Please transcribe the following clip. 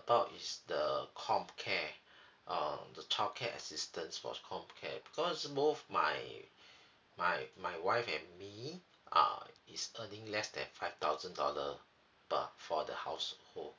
about is the comcare um the childcare assistance for comcare because both my my my wife and me uh is earning less than five thousand dollar per for the household